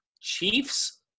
chiefs